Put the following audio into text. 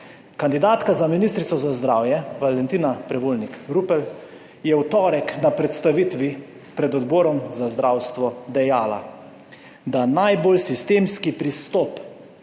Kandidatka za ministrico za zdravje Valentina Prevolnik Rupel je v torek na predstavitvi pred odborom za zdravstvo dejala, da najbolj sistemski pristop